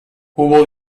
hubo